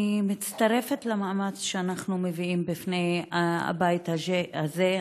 אני מצטרפת למאמץ שאנחנו מביאים בפני הבית הזה,